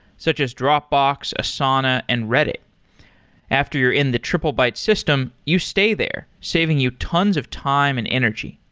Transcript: such as dropbox, asana and reddit after you're in the triplebyte system, you stay there saving you tons of time and energy.